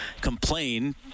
complain